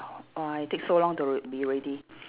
oh I take so long to be ready